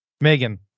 Megan